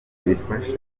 bifasha